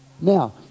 Now